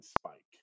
Spike